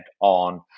on